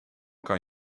kan